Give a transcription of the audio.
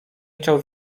chciał